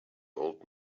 old